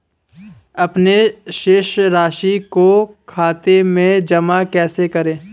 अपने शेष राशि को खाते में जमा कैसे करें?